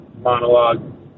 monologue